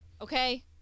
Okay